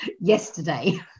yesterday